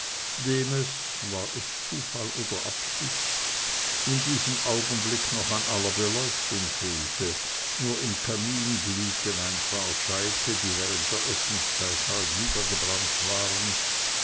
dem es war es zufall oder absicht in diesem augenblick noch an aller beleuchtung fehlte nur im kamin glühten ein paar scheite die während der essenszeit halb niedergebrannt waren